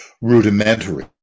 rudimentary